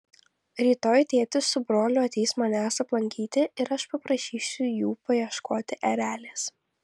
rytoj tėtis su broliu ateis manęs aplankyti ir aš paprašysiu jų paieškoti erelės